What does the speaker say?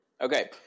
Okay